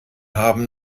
haben